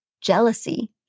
jealousy